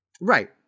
Right